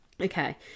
okay